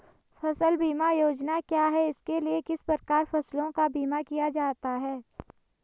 फ़सल बीमा योजना क्या है इसके लिए किस प्रकार फसलों का बीमा किया जाता है?